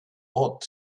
ought